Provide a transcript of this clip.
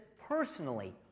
personally